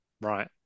Right